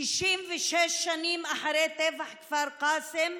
66 שנים אחרי טבח כפר קאסם,